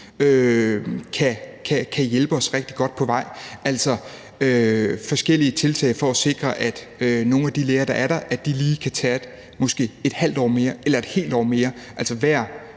kan hjælpe os rigtig godt på vej. Det handler altså om forskellige tiltag for at sikre, at nogle af de læger, der er der, lige kan tage måske et halvt år eller et helt år mere. Altså, hvert